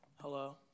Hello